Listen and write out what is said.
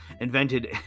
invented